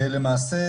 למעשה